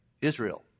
Israel